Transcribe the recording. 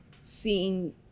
seeing